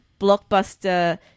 blockbuster